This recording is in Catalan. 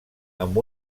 amb